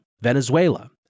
Venezuela